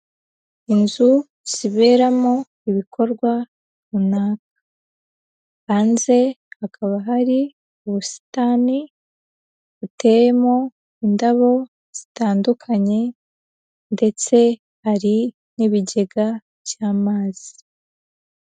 Inzu ziberamo ibikorwa runaka, hanze hakaba hari ubusitani buteyemo indabo zitandukanye ndetse hari n'ibigega by'amazi.